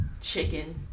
chicken